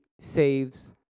saves